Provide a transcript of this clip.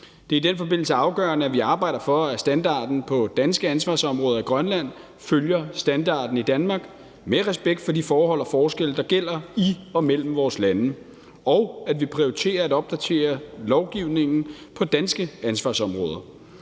Det er i den forbindelse afgørende, at vi arbejder for, at standarden på danske ansvarsområder i Grønland følger standarden i Danmark med respekt for de forhold og forskelle, der gælder i og mellem vores lande, og at vi prioriterer at opdatere lovgivningen på danske ansvarsområder.